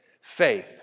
Faith